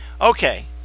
okay